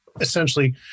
essentially